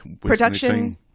production